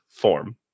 form